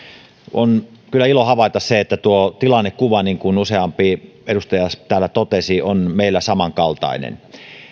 on kyllä ilo havaita se että tilannekuva niin kuin useampi edustaja täällä totesi on meillä samankaltainen